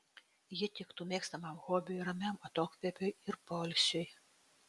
ji tiktų mėgstamam hobiui ramiam atokvėpiui ir poilsiui